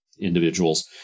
individuals